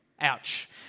Ouch